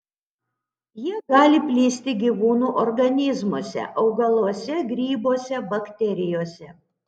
jie gali plisti gyvūnų organizmuose augaluose grybuose bakterijose